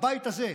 הבית הזה,